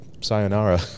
sayonara